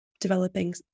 developing